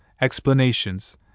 explanations